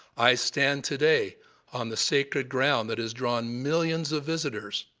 i stand today on the sacred ground that has drawn millions of visitors.